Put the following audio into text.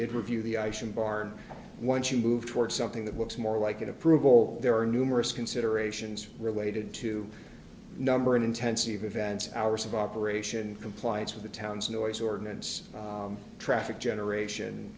did review the ice in bar once you move toward something that looks more like an approval there are numerous considerations related to number and intensity of events hours of operation compliance with the town's noise ordinance traffic generation